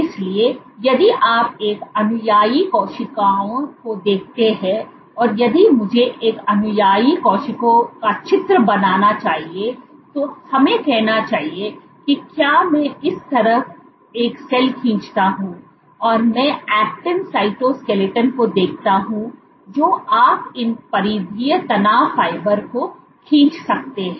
इसलिए यदि आप एक अनुयायी कोशिकाओं को देखते हैं और यदि मुझे एक अनुयायी कोशिका का चित्र बनाना चाहे तो हमें कहना चाहिए कि क्या मैं इस तरह एक सेल खींचता हूं और मैं ऐक्टिन साइटोस्केलेटन को देखता हूं जो आप इन परिधीय तनाव फाइबर को खींच सकते हैं